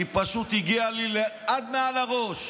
היא פשוט הגיעה לי עד מעל הראש.